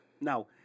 Now